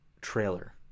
trailer